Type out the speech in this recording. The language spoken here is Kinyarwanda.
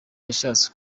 yashatse